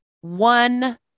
One